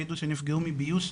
העידו שנפגעו מביוש,